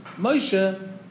Moshe